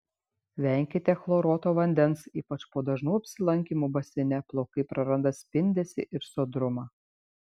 venkite chloruoto vandens ypač po dažnų apsilankymų baseine plaukai praranda spindesį ir sodrumą